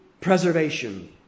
preservation